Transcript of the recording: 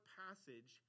passage